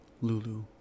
Lulu